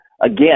again